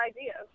ideas